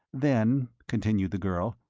then, continued the girl,